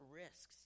risks